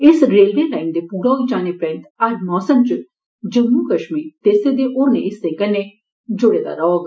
इस railway line दे पूरा होई जाने परैत हर मौसम च जम्मू कश्मीर देसै दे होरनें हिस्सें कन्नै जुड़े दा रौहग